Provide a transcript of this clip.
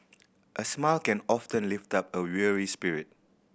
a smile can often lift up a weary spirit